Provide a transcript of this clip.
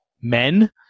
men